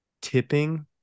tipping